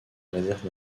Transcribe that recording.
réserve